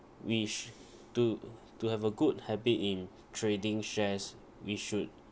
wish to to have a good habit in trading shares we should